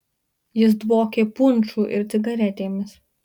jis dvokė punšu ir cigaretėmis